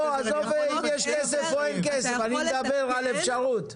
עזוב אם יש כסף או אין כסף, אני מדבר על אפשרות.